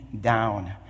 down